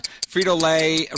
Frito-Lay